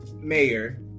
mayor